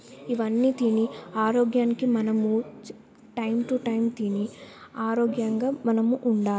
ఇవన్నీ తిని ఆరోగ్యానికి మనము టైం టు టైం తిని ఆరోగ్యంగా మనము ఉండాలి